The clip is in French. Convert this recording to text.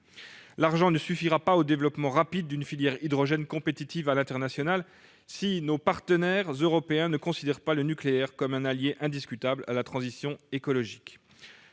L'argent ne suffira pas au développement rapide d'une filière hydrogène compétitive à l'international si nos partenaires européens ne considèrent pas le nucléaire comme un allié indiscutable de la transition écologique.